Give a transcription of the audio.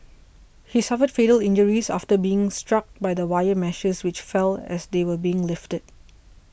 he suffered fatal injuries after being struck by the wire meshes which fell as they were being lifted